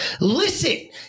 Listen